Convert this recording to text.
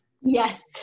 Yes